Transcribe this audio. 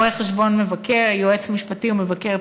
רואה-חשבון מבקר, יועץ משפטי ומבקר פנימי.